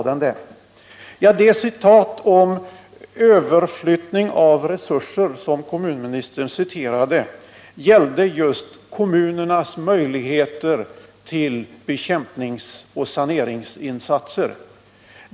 Den passus om överflyttning av resurser som kommunministern citerade gällde just kommunernas möjligheter till bekämpningsoch saneringsinsatser.